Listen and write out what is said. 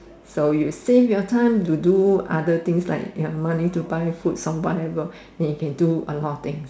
so you save your time to do other things like get money to buy food from whatever and you can do a lot of things